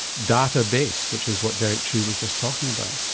data based, which is what derek chew was just talking about.